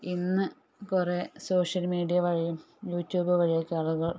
ഇന്ന് കുറേ social media വഴി യുട്യൂബ് വഴിയൊക്കെ ആളുകൾ